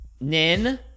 Nin